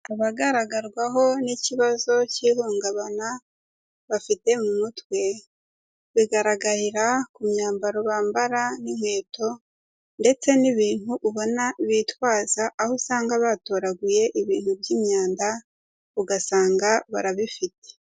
Abagaragarwaho n'ikibazo k'ihungabana bafite mu mutwe bigaragarira ku myambaro bambara n'inkweto ndetse n'ibintu ubona bitwaza aho usanga batoraguye ibintu by'imyanda ugasanga barabifite.